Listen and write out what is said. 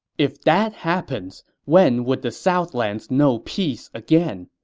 if that happens, when would the southlands know peace again?